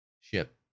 ship